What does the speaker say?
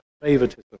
favoritism